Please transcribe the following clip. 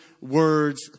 words